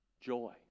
joy